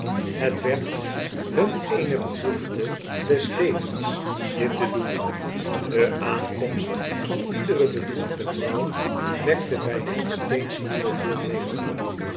het werd hun eene behoefte des levens dit te doen de aankomst van iedere bedroefde vrouw wekte bij hen steeds nieuwe deelneming op